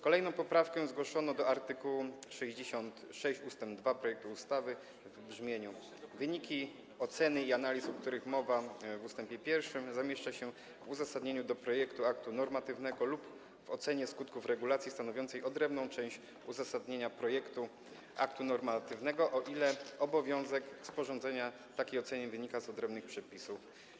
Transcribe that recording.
Kolejną poprawkę zgłoszono do art. 66 ust. 2 projektu ustawy w brzmieniu: wyniki oceny i analiz, o których mowa w ust. 1, zamieszcza się w uzasadnieniu do projektu aktu normatywnego lub w ocenie skutków regulacji stanowiącej odrębną część uzasadnienia projektu aktu normatywnego, o ile obowiązek sporządzenia takiej oceny wynika z odrębnych przepisów.